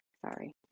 Sorry